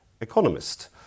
Economist